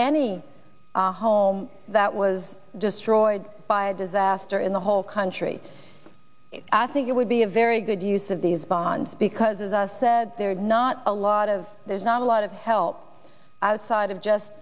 any home that was destroyed by a disaster in the whole country i think it would be a very good use of these bonds because as us said there are not a lot of there's not a lot of help outside of just